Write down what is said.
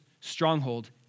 stronghold